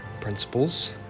Principles